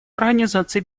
организации